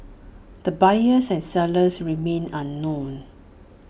the buyers and sellers remain unknown